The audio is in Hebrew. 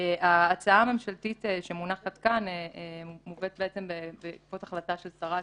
ההצעה הממשלתית שמונחת כאן מובאת בעצם בעקבות החלטה של שרת